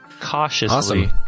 cautiously